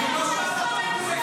תתבייש לך.